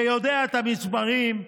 ויודע את המספרים,